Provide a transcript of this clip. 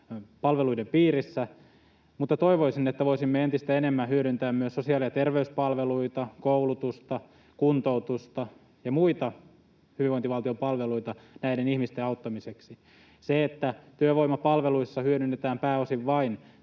palveluiden piirissä, mutta toivoisin, että voisimme entistä enemmän hyödyntää myös sosiaali- ja terveyspalveluita, koulutusta, kuntoutusta ja muita hyvinvointivaltion palveluita näiden ihmisten auttamiseksi. Se, että työvoimapalveluissa hyödynnetään pääosin vain